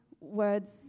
words